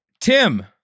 Tim